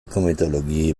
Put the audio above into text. komitologie